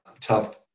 tough